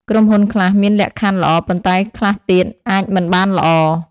ក្រុមហ៊ុនខ្លះមានលក្ខខណ្ឌល្អ ប៉ុន្តែខ្លះទៀតអាចមិនបានល្អ។